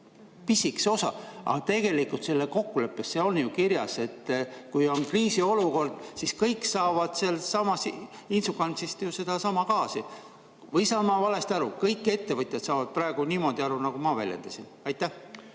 pisikese osa, aga tegelikult kokkuleppes on ju kirjas, et kui on kriisiolukord, siis kõik saavad sealtsamast Inčukalnsist sedasama gaasi. Või saan ma valesti aru? Kõik ettevõtjad saavad praegu niimoodi aru, nagu ma väljendasin. Aitäh!